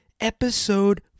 episode